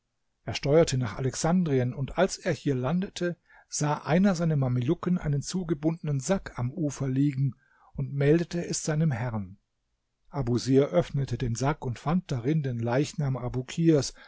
er steuerte nach alexandrien und als er hier landete sah einer seiner mamelucken einen zugebundenen sack am ufer liegen und meldete es seinem herrn abusir öffnete den sack und fand darin den leichnam